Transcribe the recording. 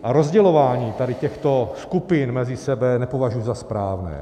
A rozdělování tady těchto skupin mezi sebou nepovažuji za správné.